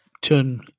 turn